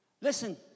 Listen